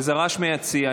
וזה רעש מהיציע.